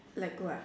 like what